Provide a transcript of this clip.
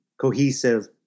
cohesive